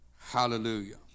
Hallelujah